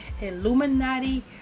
Illuminati